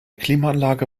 klimaanlage